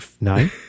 Nine